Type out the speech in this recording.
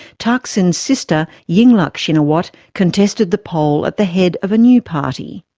thaksin's sister yingluck shinawatra, contested the poll at the head of a new party.